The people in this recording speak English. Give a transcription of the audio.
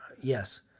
Yes